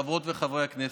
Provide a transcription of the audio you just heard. חברות וחברי הכנסת,